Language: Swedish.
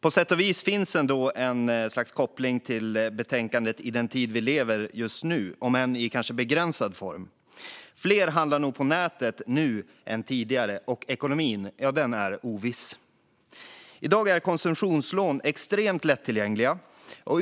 På sätt och vis, om än i begränsad form, har betänkandet en koppling till den tid vi lever i just nu eftersom fler nog handlar på nätet nu än tidigare och ekonomin är oviss. I dag är konsumtionslån extremt lättillgängliga.